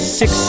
six